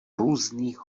různých